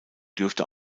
dürfte